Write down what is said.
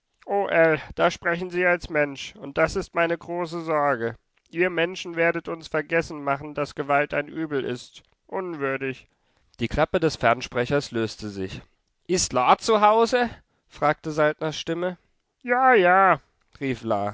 da sprechen sie als mensch und das ist meine große sorge ihr menschen werdet uns vergessen machen daß gewalt ein übel ist unwürdig die klappe des fernsprechers löste sich ist la zu hause fragte saltners stimme ja ja rief